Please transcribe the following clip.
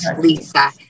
Lisa